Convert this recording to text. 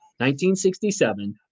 1967